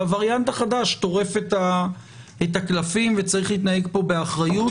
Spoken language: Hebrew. הווריאנט החדש טורף את הקלפים וצריך להתנהג פה באחריות,